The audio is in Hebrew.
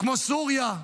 כמו סוריה,